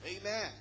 Amen